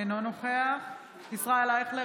אינו נוכח ישראל אייכלר,